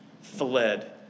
fled